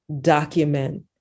document